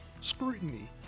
scrutiny